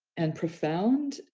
and profound.